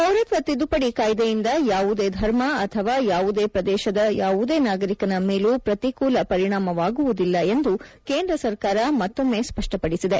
ಪೌರತ್ವ ತಿದ್ದುಪದಿ ಕಾಯ್ದೆಯಿಂದ ಯಾವುದೇ ಧರ್ಮ ಅಥವಾ ಯಾವುದೇ ಪ್ರದೇಶದ ಯಾವುದೇ ನಾಗರಿಕನ ಮೇಲೂ ಪ್ರತಿಕೂಲ ಪರಿಣಾಮವಾಗುವುದಿಲ್ಲ ಎಂದು ಕೇಂದ್ರ ಸರ್ಕಾರ ಮತ್ತೊಮ್ಮೆ ಸ್ಪಷ್ಟಪಡಿಸಿದೆ